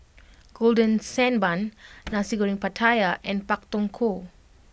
Golden Sand Bun Nasi Goreng Pattaya and Pak Thong Ko